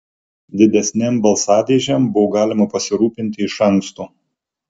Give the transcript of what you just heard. didesnėm balsadėžėm buvo galima pasirūpinti iš anksto